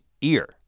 ear